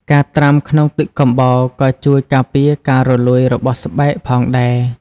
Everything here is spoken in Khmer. ការត្រាំក្នុងទឹកកំបោរក៏ជួយការពារការរលួយរបស់ស្បែកផងដែរ។